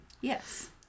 Yes